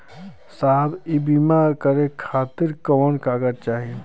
साहब इ बीमा करें खातिर कवन कवन कागज चाही?